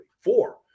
four